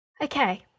Okay